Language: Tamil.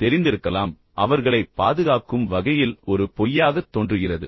தெரிந்திருக்கலாம் ஆனால் பின்னர் அவர்களைப் பாதுகாக்கும் வகையில் ஒரு பொய்யாகத் தோன்றுகிறது